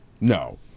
No